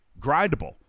grindable